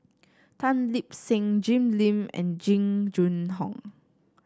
Tan Lip Seng Jim Lim and Jing Jun Hong